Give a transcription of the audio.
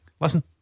Listen